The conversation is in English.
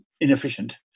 inefficient